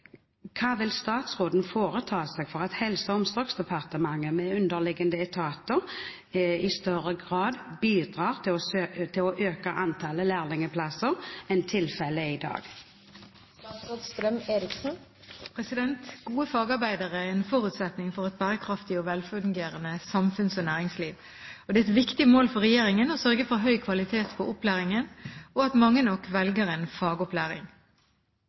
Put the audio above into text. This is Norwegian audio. Hva vil statsråden foreta seg for at Helse- og omsorgsdepartementet med underliggende etater i større grad bidrar til å øke antallet lærlingplasser enn tilfellet er i dag?» Gode fagarbeidere er en forutsetning for et bærekraftig og velfungerende samfunns- og næringsliv. Det er et viktig mål for regjeringen å sørge for høy kvalitet på opplæringen og at mange nok velger en fagopplæring.